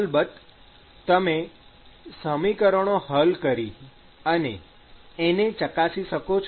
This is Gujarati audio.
અલબત્ત તમે સમીકરણો હલ કરી અને એને ચકાસી શકો છો